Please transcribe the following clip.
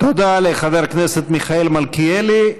תודה לחבר הכנסת מיכאל מלכיאלי.